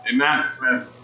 Amen